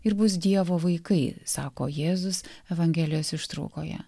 ir bus dievo vaikai sako jėzus evangelijos ištraukoje